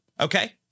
okay